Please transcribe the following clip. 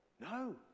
No